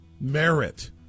merit